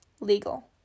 legal